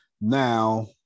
Now